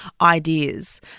ideas